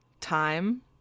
Time